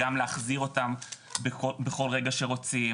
אין שום דבר לאכוף מה קורה במדינת המוצא,